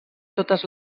totes